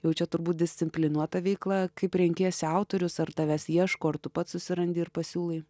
jau čia turbūt disciplinuota veikla kaip renkiesi autorius ar tavęs ieško ar tu pats susirandi ir pasiūlai